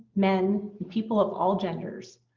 men, and people of all genders,